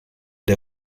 der